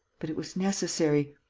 but it was necessary.